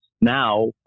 now